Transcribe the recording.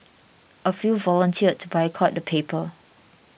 a few volunteered boycott the paper